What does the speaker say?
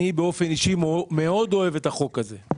אני, באופן אישי, מאוד אוהב את החוק הזה.